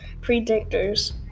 predictors